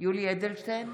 יולי יואל אדלשטיין,